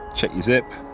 check your zip